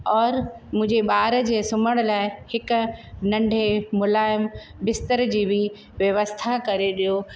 और मुहिंजे ॿार जे सुम्हण लाइ हिकु नंढे मुलायम बिस्तर जी बि व्यवस्था करे ॾियो